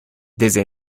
desde